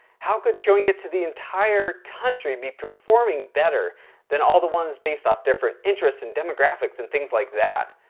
how could showing it to the entire country be performing better than all the ones based off different interests and demographics and things like that?